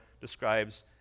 describes